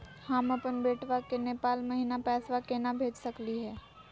हम अपन बेटवा के नेपाल महिना पैसवा केना भेज सकली हे?